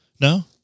No